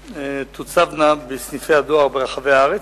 שתוצבנה בסניפי הדואר ברחבי הארץ.